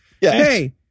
Hey